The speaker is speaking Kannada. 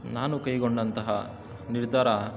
ನಾನು ಕೈಗೊಂಡಂತಹ ನಿರ್ಧಾರ